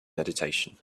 meditation